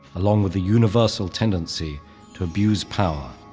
along with the universal tendency to abuse power,